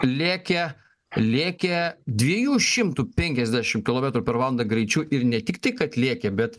lėkė lėkė dviejų šimtų penkiasdešim kilometrų per valandą greičiu ir ne tiktai kad lėkė bet